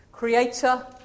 creator